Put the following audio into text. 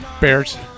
Bears